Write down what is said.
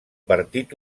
partit